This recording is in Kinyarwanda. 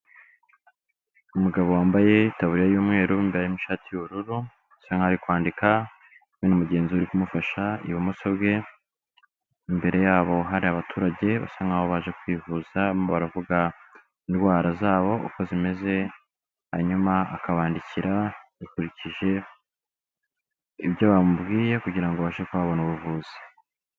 Umugabo wambaye itaburiya y'umweru mo imbere harimo ishati y'ubururu, bisa nk'aho ari kwandika we na mugenzi we uri kumufasha ibumoso bwe, imbere yabo hari abaturage basa nk'aho baje kwivuza barimo baravuga indwara zabo uko zimeze, hanyuma akabandikira yakurikije ibyo bamubwiye kugira ngo babashe kuba babona ubuvuzi.